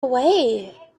away